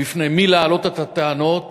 בפני מי להעלות את הטענות